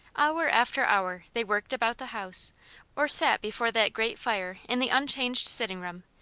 hour after hour they worked about the house or sat before that grate fire in the unchanged sitting-room,